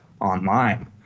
online